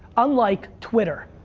unlike twitter.